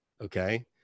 okay